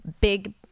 big